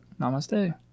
namaste